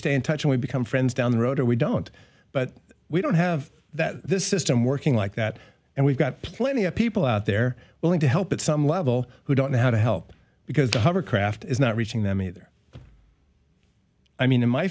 stay in touch and we become friends down the road or we don't but we don't have that this system working like that and we've got plenty of people out there willing to help at some level who don't know how to help because the hovercraft is not reaching them either i mean in my